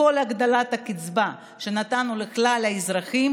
את כל הגדלת הקצבה שנתנו לכלל האזרחים